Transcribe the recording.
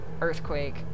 Earthquake